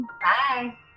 Bye